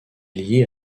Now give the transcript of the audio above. lié